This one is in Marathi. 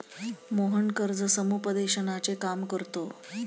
मोहन कर्ज समुपदेशनाचे काम करतो